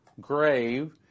grave